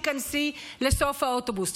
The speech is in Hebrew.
תיכנסי לסוף האוטובוס.